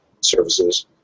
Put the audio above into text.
services